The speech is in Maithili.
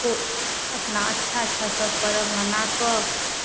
को अपना अच्छा अच्छा सब पर्व मनाकऽ